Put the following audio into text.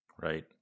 Right